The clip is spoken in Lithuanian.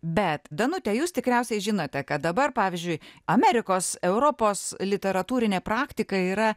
bet danute jūs tikriausiai žinote kad dabar pavyzdžiui amerikos europos literatūrinė praktika yra